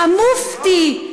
המופתי,